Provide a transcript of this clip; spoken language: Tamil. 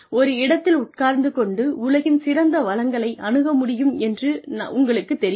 ஒரு இடத்தில் உட்கார்ந்து கொண்டு உலகின் சிறந்த வளங்களை அணுக முடியும் என்று என்று உங்களுக்குத் தெரியும்